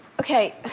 Okay